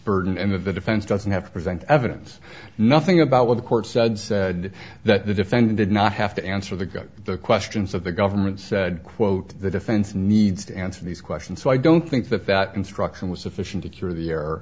burden and of the defense doesn't have to present evidence nothing about what the court said said that the defendant did not have to answer the got the questions that the government said quote the defense needs to answer these questions so i don't think that that instruction was sufficient to cure the